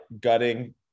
gutting